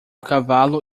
cavalo